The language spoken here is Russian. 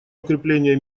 укрепление